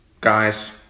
guys